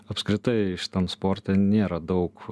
apskritai šitam sporte nėra daug